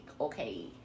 okay